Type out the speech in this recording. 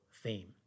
theme